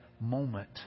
moment